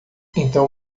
então